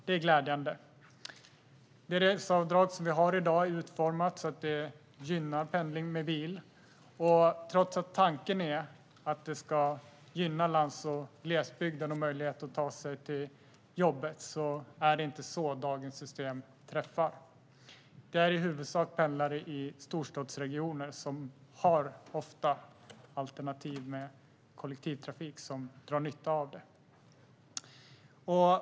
Det är glädjande. Det reseavdrag som vi har i dag är utformat så att det gynnar pendling med bil, och trots att tanken är att det ska gynna lands och glesbygden och möjligheten för dem som bor där att ta sig till jobbet är det inte så dagens system träffar. Det är i huvudsak pendlare i storstadsregioner som ofta har kollektivtrafikalternativ som drar nytta av det.